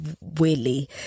weirdly